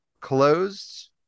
closed